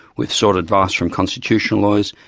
we've sought advice from constitutional lawyers,